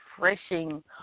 refreshing